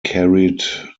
carried